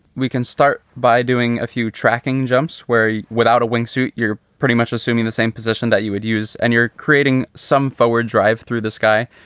we can start by doing a few tracking jumps where without a wingsuit you're pretty much assuming the same position that you would use and you're creating some forward drive through the sky,